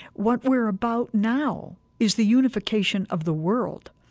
what we're about now is the unification of the world.